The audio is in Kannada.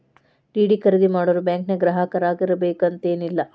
ಡಿ.ಡಿ ಖರೇದಿ ಮಾಡೋರು ಬ್ಯಾಂಕಿನ್ ಗ್ರಾಹಕರಾಗಿರ್ಬೇಕು ಅಂತೇನಿಲ್ಲ